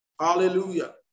Hallelujah